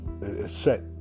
set